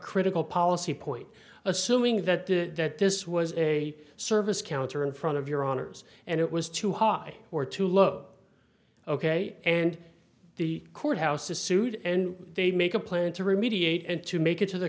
critical policy point assuming that this was a service counter in front of your honor's and it was too high or too look ok and the courthouse is sued and they make a plan to remediate and to make it to the